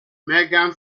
megan